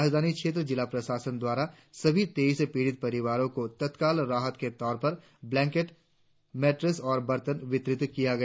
राजधानी क्षेत्र जिला प्रशासन द्वारा सभी तेईस पिड़ित परिवारो को तत्काल राहत के तहत ब्लेंकेट मेट्रस और बर्तन वितरित किया गया